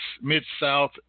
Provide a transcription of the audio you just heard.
Mid-South